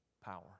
power